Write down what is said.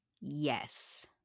Yes